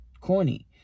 corny